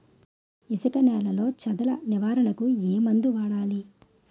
ఇసుక నేలలో చదల నివారణకు ఏ మందు వాడాలి?